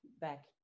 back